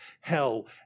hell